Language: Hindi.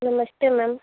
नमस्ते मैम